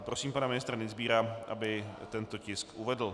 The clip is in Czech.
Prosím pana ministra Dienstbiera, aby tento tisk uvedl.